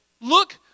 look